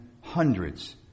hundreds